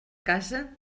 casa